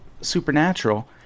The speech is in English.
Supernatural